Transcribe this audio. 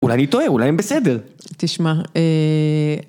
אולי אני טועה, אולי הן בסדר. תשמע, אה...